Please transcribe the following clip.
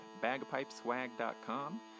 bagpipeswag.com